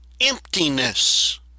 emptiness